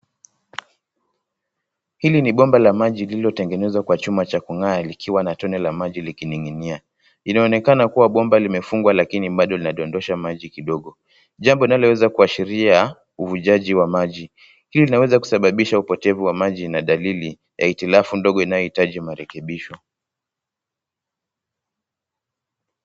Hili ni bomba la maji lililotengenezwa kwa chuma cha kung'aa likiwa na toni la maji likining'inia. Inaonekana kuwa bomba limefungwa lakini bado linadondosha maji kidogo. Jambo inaweza kuashiria uvujaji wa maji. Hili linaweza kusababisha upotevu wa maji na dalili ya itilafu ndogo inayohitaji marekebisho.